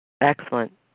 Excellent